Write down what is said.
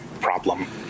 problem